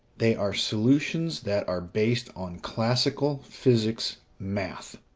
they are solutions that are based on classical physics math.